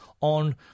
on